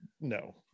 no